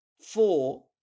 Four